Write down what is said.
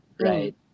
right